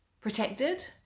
protected